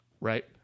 Right